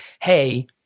hey